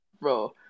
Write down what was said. Bro